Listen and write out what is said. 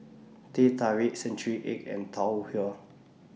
Teh Tarik Century Egg and Tau Huay